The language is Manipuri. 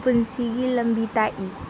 ꯄꯨꯟꯁꯤꯒꯤ ꯂꯝꯕꯤ ꯇꯥꯛꯏ